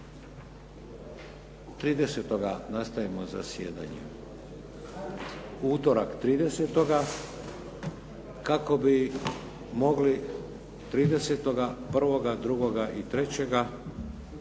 30. nastavimo zasjedanje. U utorak 30. kako bi mogli 30., 1., 2. i 3.